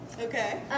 Okay